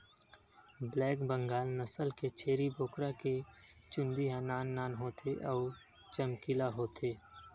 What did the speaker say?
black Bengal नसल के छेरी बोकरा के चूंदी ह नान नान होथे अउ चमकीला होथे